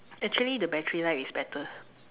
actually the battery life is better